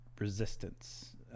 resistance